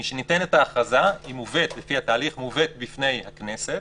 משניתנת ההכרזה היא מובאת בפני הכנסת